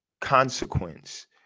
consequence